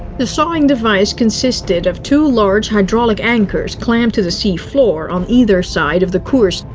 the sawing device consisted of two large hydraulic anchors clamped to the seafloor on either side of the kursk,